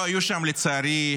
לא היו שם, לצערי,